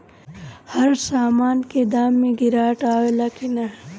हर सामन के दाम मे गीरावट आवेला कि न?